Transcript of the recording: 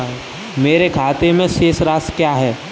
मेरे खाते की शेष राशि क्या है?